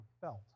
felt